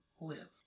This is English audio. live